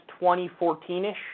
2014-ish